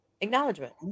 Acknowledgement